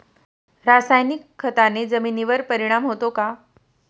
रासायनिक खताने जमिनीवर परिणाम होतो का?